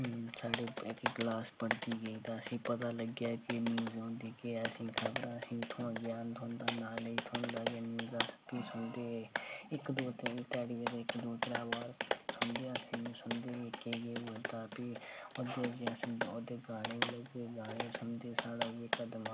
ते साढ़ी क्लॉस पढ़दी गेई ते असेंगी पता लग्गेआ कि इत्थां ज्ञान थ्होंदा नॉलेज़ थ्होंदा ते भी साढ़े इक्क दौ तान ध्याड़िये दे इक्क दौ तीन बार ते सुनदे अस सुनदे की केह् केह् होआ दा हून केह् कि गाने सुनदे ते साढ़ा ऐ की